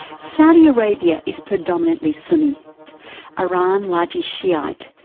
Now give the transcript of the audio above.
saudi arabia is predominantly sunni iran largely shiite.